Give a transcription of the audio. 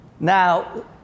Now